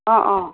অঁ অঁ